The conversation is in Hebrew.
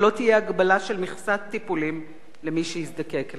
שלא תהיה הגבלה של מכסת טיפולים למי שיזדקק לכך?